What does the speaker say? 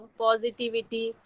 positivity